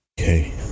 okay